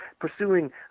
pursuing